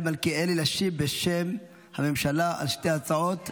מלכיאלי להשיב בשם הממשלה על שתי ההצעות יחד.